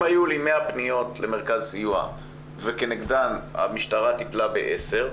אם היו לי 100 פניות למרכז סיוע וכנגדן המשטרה טיפלה בעשר,